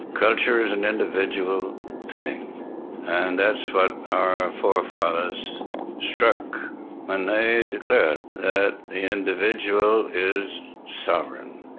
culture is an individual thing and that's what our forefathers struck when they declared that the individual is sovereign.